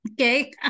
okay